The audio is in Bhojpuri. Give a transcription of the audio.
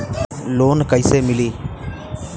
लोन कइसे मिलि?